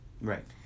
Right